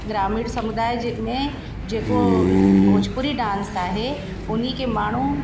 ग्रामीण समुदाय जंहिं में जेको भोजपुरी डांस आहे हुनखे माण्हू